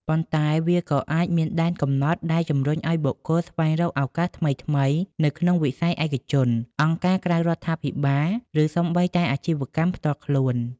ប៉ុន្តែវាក៏អាចមានដែនកំណត់ដែលជំរុញឱ្យបុគ្គលស្វែងរកឱកាសថ្មីៗនៅក្នុងវិស័យឯកជន អង្គការក្រៅរដ្ឋាភិបាល ឬសូម្បីតែអាជីវកម្មផ្ទាល់ខ្លួន។